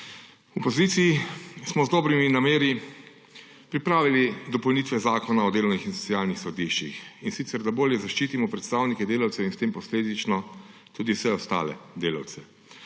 V opoziciji smo z dobrimi nameni pripravili dopolnitve Zakona o delovnih in socialnih sodiščih, in sicer da bolje zaščitimo predstavnike delavcev in s tem posledično tudi vse ostale delavce.